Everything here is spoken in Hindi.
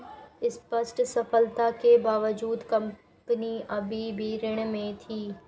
स्पष्ट सफलता के बावजूद कंपनी अभी भी ऋण में थी